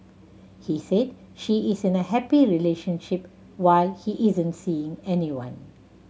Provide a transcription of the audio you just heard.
he said she is in a happy relationship while he isn't seeing anyone